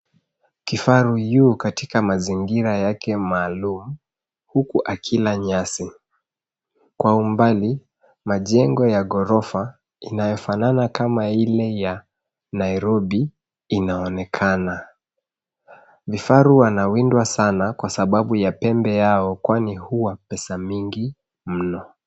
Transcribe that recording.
Kifaru yu katika mazingira yake maalum huku akila nyasi kwa umbali majengo ya gorofa inayofanana kama ile ya nairobi inaonekana vifaru wanawindwa sana kwa sababu ya pembe ya ambayo hua pesa mingi mno.